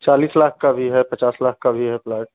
चालीस लाख का भी है पचास लाख का भी है प्लॉट